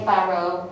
Barrow